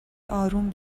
اروم